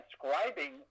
transcribing